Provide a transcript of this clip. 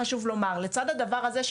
לצד הדבר הזה,